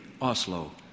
Oslo